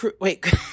Wait